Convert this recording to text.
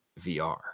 VR